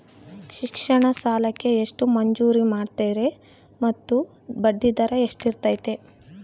ಶಿಕ್ಷಣ ಸಾಲಕ್ಕೆ ಎಷ್ಟು ಮಂಜೂರು ಮಾಡ್ತೇರಿ ಮತ್ತು ಬಡ್ಡಿದರ ಎಷ್ಟಿರ್ತೈತೆ?